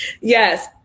Yes